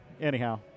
Anyhow